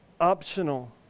optional